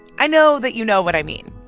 i know that you know what i mean.